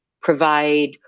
provide